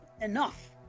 enough